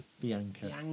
Bianca